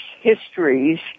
histories